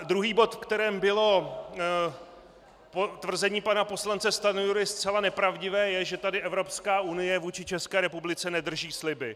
Druhý bod, ve kterém bylo tvrzení pana poslance Stanjury zcela nepravdivé, je, že tady Evropská unie vůči České republice nedrží sliby.